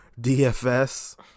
DFS